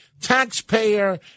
taxpayer